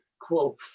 quote